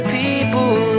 people